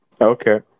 Okay